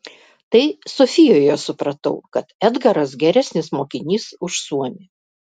tai sofijoje supratau kad edgaras geresnis mokinys už suomį